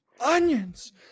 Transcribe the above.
Onions